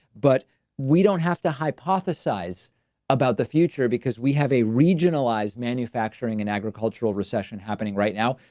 but we don't have to hypothesize about the future because we have a regionalized manufacturing and agricultural recession happening right now.